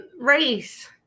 race